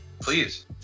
Please